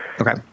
Okay